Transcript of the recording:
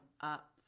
up